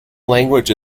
language